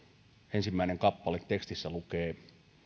ensimmäisen kappaleen tekstissä lukee